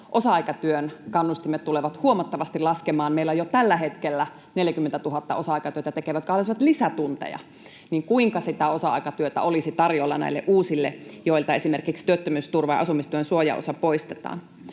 osa-aikatyön kannustimet tulevat huomattavasti laskemaan. Kun meillä on jo tällä hetkellä 40 000 osa-aikatyötä tekevää, jotka haluaisivat lisätunteja, niin kuinka sitä osa-aikatyötä olisi tarjolla näille uusille, joilta esimerkiksi työttömyysturvan asumistuen suojaosa poistetaan?